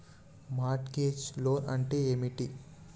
Mart gauge loan అంటే ఏమిటి?